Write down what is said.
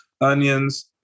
onions